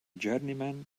journeyman